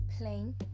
Plain